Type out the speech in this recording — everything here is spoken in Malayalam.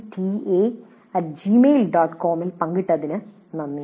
com ൽ പങ്കിട്ടതിന് നന്ദി